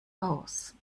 aus